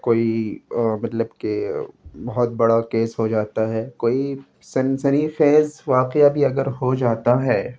کوئی مطلب کہ بہت بڑا کیس ہو جاتا ہے کوئی سنسنی خیز واقعہ بھی اگر ہو جاتا ہے